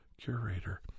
curator